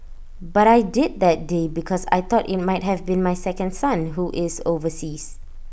but I did that day because I thought IT might have been my second son who is overseas